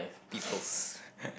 peoples'